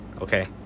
Okay